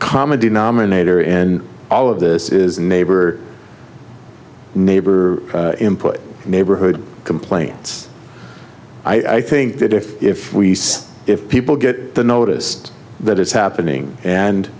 common denominator in all of this is neighbor neighbor input neighborhood complaints i think that if if we if people get noticed that it's happening and